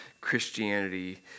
Christianity